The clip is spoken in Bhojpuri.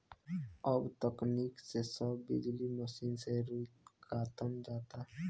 अब तकनीक से सब बिजली मसीन से रुई कातल जाता